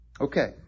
Okay